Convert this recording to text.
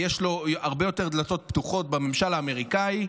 שיש לו הרבה יותר דלתות פתוחות בממשל האמריקני.